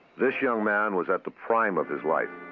this young man was at the prime of his life.